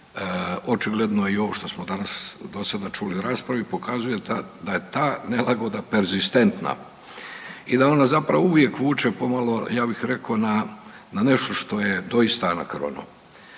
očigledno i ovo što smo danas do sada čuli u raspravi pokazuje da je ta nelagoda perzistentna i da onda zapravo uvijek vuče pomalo, ja bih rekao na nešto što je doista anakrono.